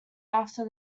after